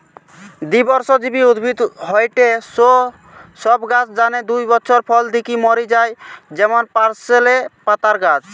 দ্বিবর্ষজীবী উদ্ভিদ হয়ঠে সৌ সব গাছ যানে দুই বছর ফল দিকি মরি যায় যেমন পার্সলে পাতার গাছ